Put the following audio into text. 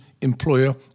employer